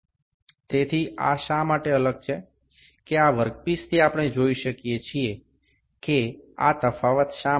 તેથી આ શા માટે અલગ છે કે આ વર્કપીસથી આપણે જોઈ શકીએ કે આ તફાવત શા માટે છે